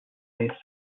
lay